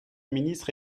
ministre